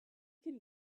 can